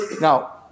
Now